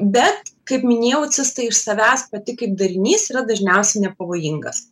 bet kaip minėjau cista iš savęs pati kaip darinys yra dažniausiai nepavojingas